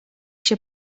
się